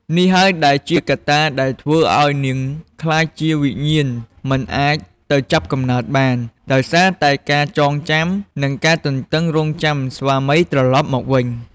នេះហើយដែលជាកត្តាដែលធ្វើឱ្យនាងក្លាយជាវិញ្ញាណមិនអាចទៅចាប់កំណើតបាន ដោយសារតែការចងចាំ និងការទន្ទឹងរង់ចាំស្វាមីត្រឡប់មកវិញ ។